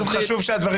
אז חשוב שהדברים ייאמרו.